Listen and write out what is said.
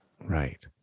Right